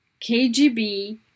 KGB